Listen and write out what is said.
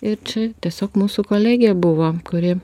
ir čia tiesiog mūsų kolegė buvo kuri